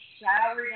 shower